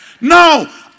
No